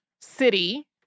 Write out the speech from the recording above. city